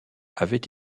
avait